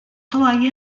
gloi